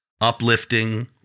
uplifting